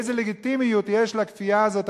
איזו לגיטימיות יש לכפייה הזאת,